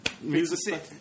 music